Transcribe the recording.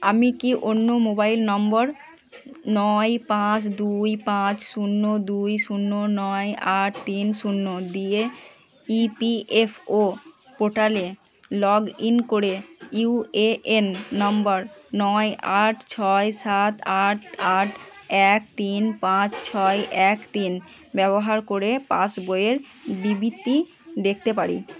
আমি কি অন্য মোবাইল নম্বর নয় পাঁচ দুই পাঁচ শূন্য দুই শূন্য নয় আট তিন শূন্য দিয়ে ইপিএফও পোর্টালে লগ ইন করে ইউএএন নম্বর নয় আট ছয় সাত আট আট এক তিন পাঁচ ছয় এক তিন ব্যবহার করে পাস বইয়ের বিবৃতি দেখতে পারি